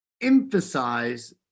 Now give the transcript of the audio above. emphasize